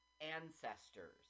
ancestors